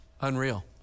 Unreal